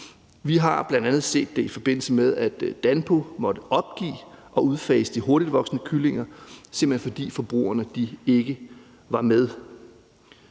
Vi har bl.a. set det, i forbindelse med at Danpo måtte opgive at udfase de hurtigtvoksende kyllinger, simpelt hen fordi forbrugerne ikke var med.